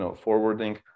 forwarding